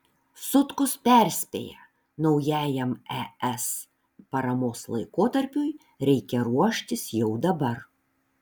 sutkus perspėja naujajam es paramos laikotarpiui reikia ruoštis jau dabar